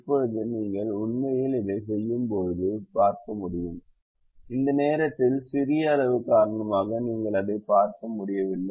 இப்போது நீங்கள் உண்மையில் அதைச் செய்யும்போது நீங்கள் பார்க்க முடியும் இந்த நேரத்தில் சிறிய அளவு காரணமாக நீங்கள் அதைப் பார்க்க முடியவில்லை